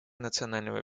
национального